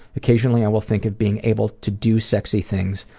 occasionally i will think of being able to do sexy things,